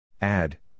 Add